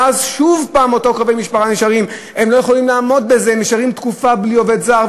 ואז שוב אותם קרובי משפחה נשארים תקופה בלי עובד זר,